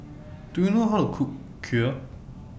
Do YOU know How to Cook Kheer